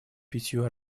пятью